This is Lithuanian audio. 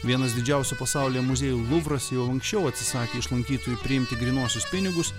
vienas didžiausių pasaulyje muziejų luvras jau anksčiau atsisakė iš lankytojų priimti grynuosius pinigus